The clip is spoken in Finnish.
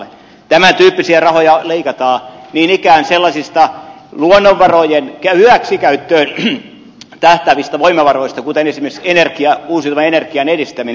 tämän tyyppisiä rahoja leikataan niin ikään sellaisista luonnonvarojen hyväksikäyttöön tähtäävistä voimavaroista kuten esimerkiksi uusiutuvan energian edistäminen